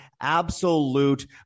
absolute